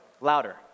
Louder